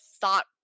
thought